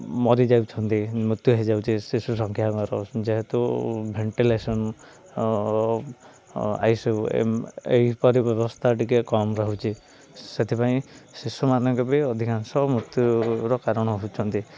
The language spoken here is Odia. ମରିଯାଉଛନ୍ତି ମୃତ୍ୟୁ ହେଇଯାଉଛି ଶିଶୁ ସଂଖ୍ୟାଙ୍କର ଯେହେତୁ ଭେଣ୍ଟିଲେସନ ଆଇ ସି ୟୁ ଏହିପରି ବ୍ୟବସ୍ଥା ଟିକେ କମ୍ ରହୁଛି ସେଥିପାଇଁ ଶିଶୁମାନଙ୍କ ବି ଅଧିକାଂଶ ମୃତ୍ୟୁର କାରଣ ହେଉଛନ୍ତି